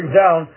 down